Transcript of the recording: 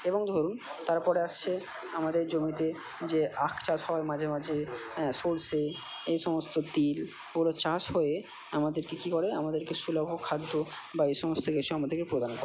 এবং ধরুন তারপরে আসছে আমাদের জমিতে যে আখ চাষ হয় মাঝে মাঝে হ্যাঁ সর্ষে এই সমস্ত তিল পুরো চাষ হয়ে আমাদেরকে কি করে আমাদেরকে সুলভ খাদ্য বা এই সমস্ত কিছু আমাদেরকে প্রদান করে